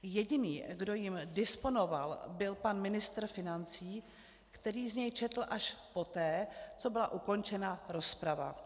Jediný, kdo jím disponoval, byl pan ministr financí, který z něj četl až poté, co byla ukončena rozprava.